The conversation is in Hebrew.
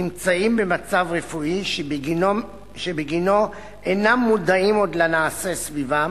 נמצאים במצב רפואי שבגינו אינם מודעים עוד לנעשה סביבם,